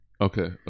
Okay